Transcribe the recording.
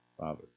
Father